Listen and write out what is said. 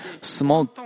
Small